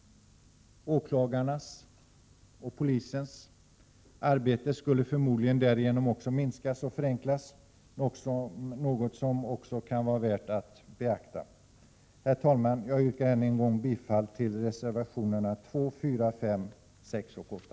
Åklagarnas och polisens arbete skulle förmodligen därigenom minskas och förenklas, något som också kan vara värt att beakta. Herr talman! Jag yrkar än en gång bifall till reservationerna 2,4, 5, 6 och 8.